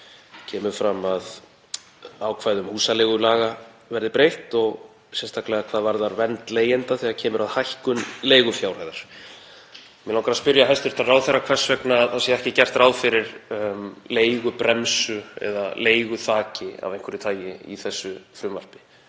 kemur fram að ákvæðum húsaleigulaga verði breytt og sérstaklega hvað varðar vernd leigjenda þegar kemur að hækkun leigufjárhæðar. Mig langar að spyrja hæstv. ráðherra hvers vegna ekki er gert ráð fyrir leigubremsu eða leiguþaki af einhverju tagi í þessu frumvarpi